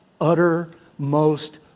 uttermost